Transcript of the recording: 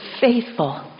faithful